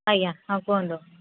ଆଜ୍ଞା ହଉ କୁହନ୍ତୁ